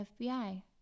FBI